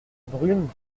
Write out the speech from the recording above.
brune